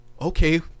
okay